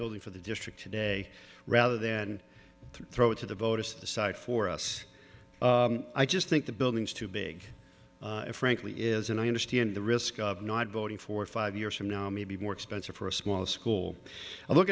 building for the district today rather than throw to the voters decide for us i just think the building is too big and frankly is and i understand the risk of not voting for five years from now maybe more expensive for a small school i look